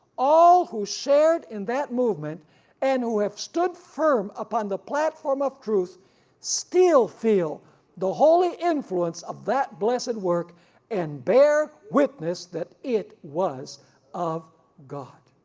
all who shared in that movement and who have stood firm upon the platform of truth still feel the holy influence of that blessed work and bear witness that it was of god.